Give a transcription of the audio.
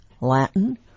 Latin